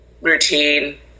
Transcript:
routine